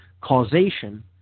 causation